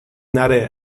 نره